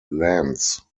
lands